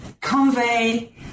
convey